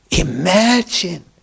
Imagine